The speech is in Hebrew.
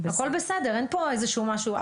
הכל בסדר, אין פה איזשהו משהו.